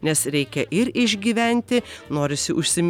nes reikia ir išgyventi norisi užsiim